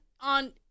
on